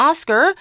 Oscar